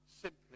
simply